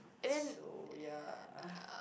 so ya